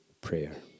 prayer